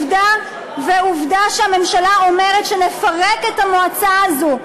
ועובדה שהממשלה אומרת שנפרק את המועצה הזו.